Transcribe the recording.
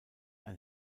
ein